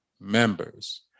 members